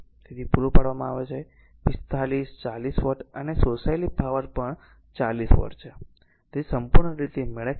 તેથી પૂરો પાડવામાં આવે છે 45 40 વોટ અને શોષાયેલી પાવર પણ 40 વોટ છે તેથી સંપૂર્ણ રીતે મેળ ખાય છે